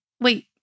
wait